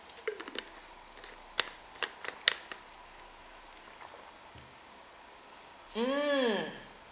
mm